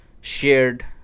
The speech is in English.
shared